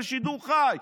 בשידור חי.